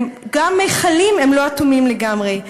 גם מכלים לא אטומים לגמרי.